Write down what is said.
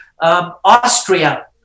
Austria